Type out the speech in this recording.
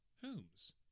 Holmes